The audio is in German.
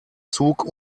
zug